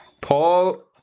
Paul